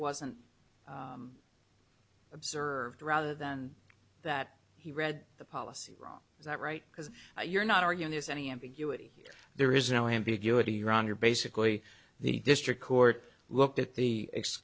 wasn't observed rather than that he read the policy wrong is that right because you're not arguing this any ambiguity there is no ambiguity ron you're basically the district court looked at the